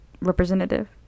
representative